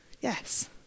yes